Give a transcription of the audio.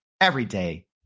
Everyday